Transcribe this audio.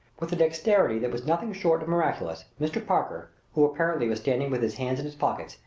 with a dexterity that was nothing short of miraculous, mr. parker, who apparently was standing with his hands in his pockets,